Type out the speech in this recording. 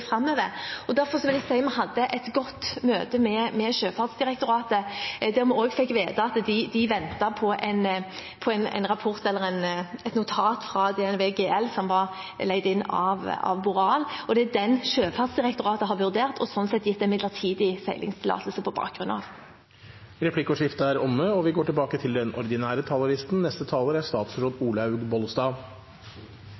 Derfor vil jeg si at vi hadde et godt møte med Sjøfartsdirektoratet, der vi også fikk vite at de ventet på en rapport eller et notat fra DNV GL, som var leid inn av Boreal. Det er den Sjøfartsdirektoratet har vurdert, og sånn sett gitt en midlertidig seilingstillatelse på bakgrunn av. Replikkordskiftet er omme. I år hadde jeg gleden av å tildele utmerkelsen Årets unge bonde til